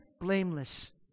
blameless